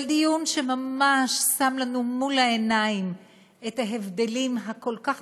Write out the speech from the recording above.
זה דיון שממש שם לנו מול העיניים את ההבדלים הכל-כך